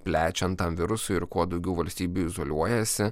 plečiant tam virusui ir kuo daugiau valstybių izoliuojasi